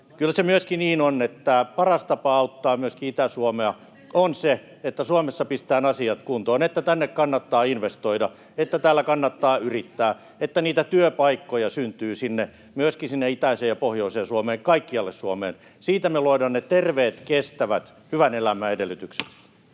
kyllä se myöskin niin on, että paras tapa auttaa myöskin Itä-Suomea on se, että Suomessa pistetään asiat kuntoon, että tänne kannattaa investoida, että täällä kannattaa yrittää, että niitä työpaikkoja syntyy myöskin sinne itäiseen ja pohjoiseen Suomeen, kaikkialle Suomeen. Siitä me luodaan ne terveet, kestävät hyvän elämän edellytykset.